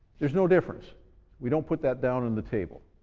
there's no difference we don't put that down in the table.